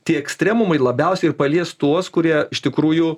tie ekstremumai labiausiai ir palies tuos kurie iš tikrųjų